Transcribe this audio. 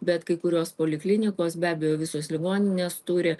bet kai kurios poliklinikos be abejo visos ligoninės turi